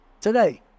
today